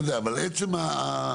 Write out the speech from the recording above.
אבל עצם הדברים,